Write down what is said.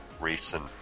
recent